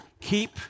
Keep